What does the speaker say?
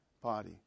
body